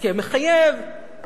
הסכם מחייב.